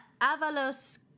Avalos